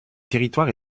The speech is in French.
territoire